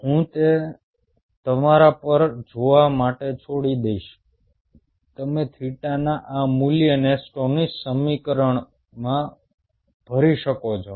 હું તે તમારા પર જોવા માટે છોડી દઈશ તમે થીટાના આ મૂલ્યને સ્ટોનીસ સમીકરણના સમીકરણમાં ભરી શકો છો